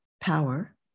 power